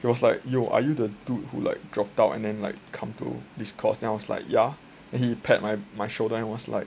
he was like yo are you the dude who like dropped out and then like come to this course then I was like ya then he pat my my shoulder and was like